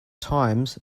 times